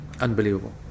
Unbelievable